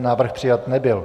Návrh přijat nebyl.